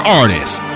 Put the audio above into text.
artists